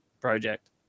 project